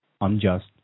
unjust